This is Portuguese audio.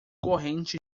corrente